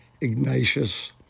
Ignatius